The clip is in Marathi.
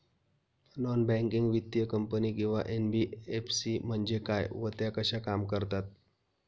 नॉन बँकिंग वित्तीय कंपनी किंवा एन.बी.एफ.सी म्हणजे काय व त्या कशा काम करतात?